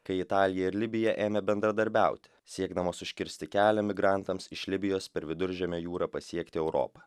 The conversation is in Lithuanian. kai italija ir libija ėmė bendradarbiauti siekdamos užkirsti kelią migrantams iš libijos per viduržemio jūrą pasiekti europą